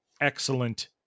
excellent